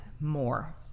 more